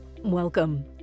Welcome